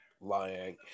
lying